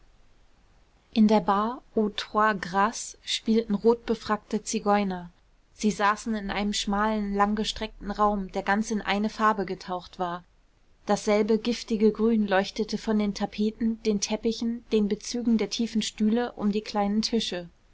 in der bar aux trois grces spielten rotbefrackte zigeuner sie saßen in einem schmalen langgestreckten raum der ganz in eine farbe getaucht war dasselbe giftige grün leuchtete von den tapeten den teppichen den bezügen der tiefen stühle um die kleinen tische